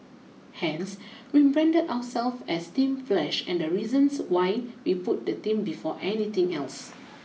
Hence we branded ourselves as Team Flash and the reasons why we put the team before anything else